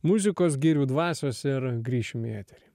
muzikos girių dvasios ir grįšim į etery